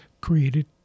created